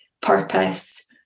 purpose